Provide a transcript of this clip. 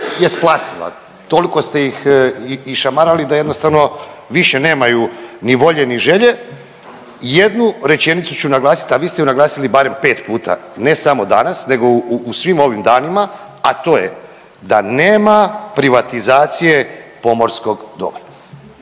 je splasnula. Toliko ste ih išamarala da jednostavno više nemaju ni volje ni želje. Jednu rečenicu ću naglasiti, a vi ste je naglasili barem 5 puta, ne samo danas, nego u svim ovim danima, a to je da nema privatizacije pomorskog dobra.